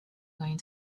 going